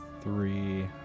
three